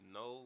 no